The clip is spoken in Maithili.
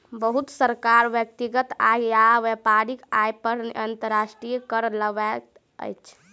बहुत सरकार व्यक्तिगत आय आ व्यापारिक आय पर अंतर्राष्ट्रीय कर लगबैत अछि